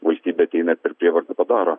valstybė ateina per prievartą padaro